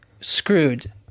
screwed